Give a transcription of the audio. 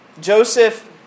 Joseph